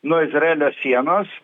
nuo izraelio sienos